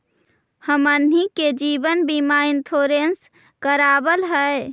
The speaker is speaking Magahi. हमनहि के जिवन बिमा इंश्योरेंस करावल है?